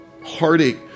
heartache